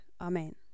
Amen